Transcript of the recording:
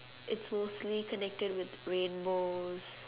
it's mostly connected with rainbows